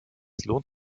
lohnt